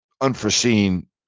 unforeseen